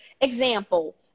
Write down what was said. Example